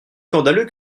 scandaleux